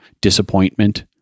disappointment